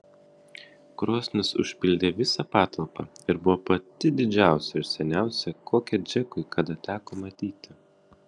krosnis užpildė visą patalpą ir buvo pati didžiausia ir seniausia kokią džekui kada teko matyti